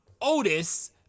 Otis